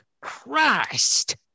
Christ